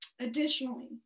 Additionally